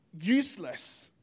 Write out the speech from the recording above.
useless